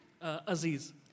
Aziz